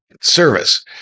service